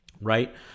Right